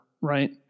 right